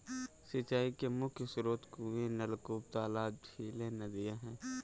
सिंचाई के मुख्य स्रोत कुएँ, नलकूप, तालाब, झीलें, नदियाँ हैं